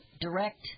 Direct